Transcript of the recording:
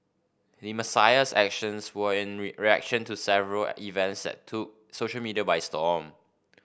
Messiah's actions were in reaction to several events that took social media by storm